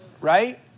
right